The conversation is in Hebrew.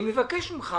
אני מבקש ממך